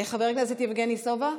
חבר הכנסת יבגני סובה,